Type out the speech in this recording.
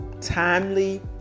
timely